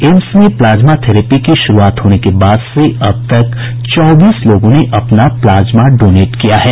AIIMS में plasma therapy की शुरूआत के बाद से अब तक चौबीस लोगों ने अपना प्लाज्मा डोनेट किया है